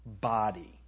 body